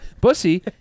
bussy